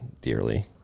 dearly